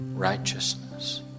righteousness